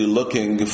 looking